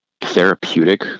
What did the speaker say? therapeutic